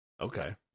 Okay